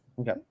Okay